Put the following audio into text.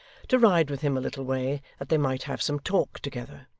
to ride with him a little way that they might have some talk together.